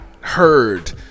heard